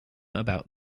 about